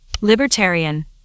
libertarian